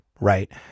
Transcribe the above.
Right